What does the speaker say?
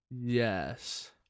Yes